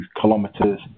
kilometers